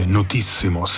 Notissimo